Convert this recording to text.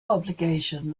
obligation